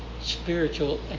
spiritual